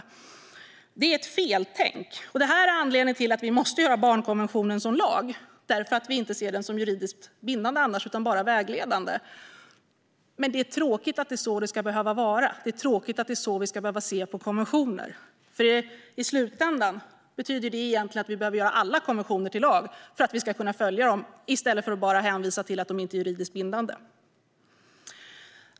Detta är ett feltänk, och det är anledningen till att vi måste göra barnkonventionen till lag - annars ser vi den inte som juridiskt bindande utan bara som vägledande. Det är tråkigt att det ska behöva vara så. Det är tråkigt att det är så vi ska behöva se på konventioner, för i slutändan betyder det egentligen att vi behöver göra alla konventioner till lag för att vi ska följa dem och inte bara hänvisa till att de inte är juridiskt bindande.